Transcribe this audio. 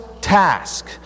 task